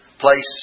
place